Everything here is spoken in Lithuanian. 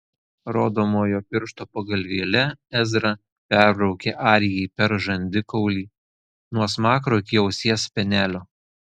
rodomojo piršto pagalvėle ezra perbraukė arijai per žandikaulį nuo smakro iki ausies spenelio